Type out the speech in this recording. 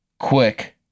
Quick